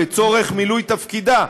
לצורך מילוי תפקידה,